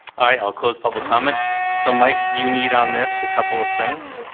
i'll close public comment so mike you need on this a couple of things